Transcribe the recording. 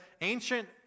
ancient